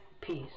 Peace